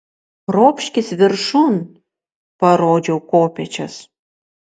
ropškis viršun parodžiau kopėčias